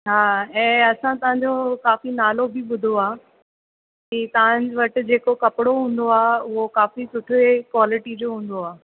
हा ऐं असां तव्हांजो काफ़ी नालो बि ॿुधो आहे की तव्हां वटि जेको कपिड़ो हूंदो आहे उहो काफ़ी सुठे क्वालिटी जो हूंदो आहे